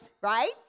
right